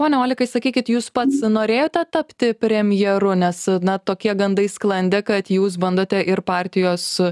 pone olekai sakykit jūs pats norėjote tapti premjeru nes na tokie gandai sklandė kad jūs bandote ir partijos